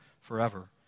forever